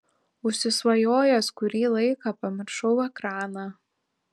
užsisvajojęs kurį laiką pamiršau ekraną